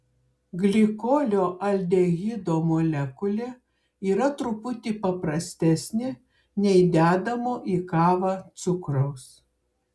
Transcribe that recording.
glikolio aldehido molekulė yra truputį paprastesnė nei dedamo į kavą cukraus